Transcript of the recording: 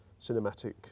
cinematic